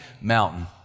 mountain